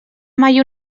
mai